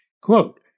Quote